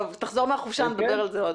תחזור מהחופשה, נדבר על זה עוד.